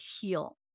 heal